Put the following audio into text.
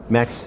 Max